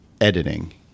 editing